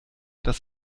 das